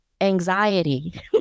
anxiety